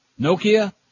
Nokia